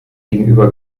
gegenüber